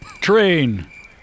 Train